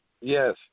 Yes